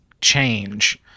change